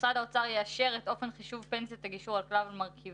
משרד האוצר יאשר את אופן חישוב פנסיית הגישור על כלל מרכיביו.